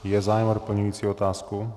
Je zájem o doplňující otázku?